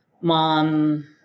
mom